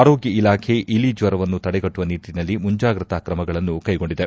ಆರೋಗ್ಯ ಇಲಾಖೆ ಇಲಿಜ್ವರವನ್ನು ತಡೆಗಟ್ಟುವ ನಿಟ್ಚಿನಲ್ಲಿ ಮುಂಜಾಗ್ರತಾ ಕ್ರಮಗಳನ್ನು ಕ್ಷೆಗೊಂಡಿದೆ